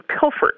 pilfered